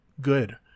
good